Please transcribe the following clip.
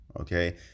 okay